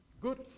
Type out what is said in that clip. Good